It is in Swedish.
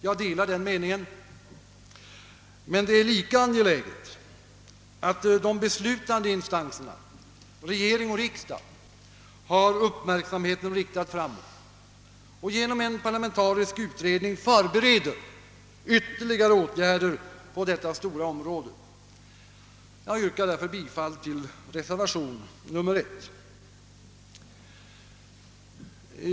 Jag delar denna uppfattning, men det är lika angeläget att de beslutande instanserna, regering och riksdag, har uppmärksamheten riktad framåt och genom en parlamentarisk utredning förbereder ytterligare åtgärder på detta stora område. Jag yrkar därför bifall till reservationen 1.